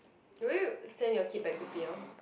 will you send your kid back to P_L